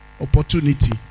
Opportunity